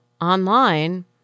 online